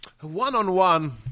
one-on-one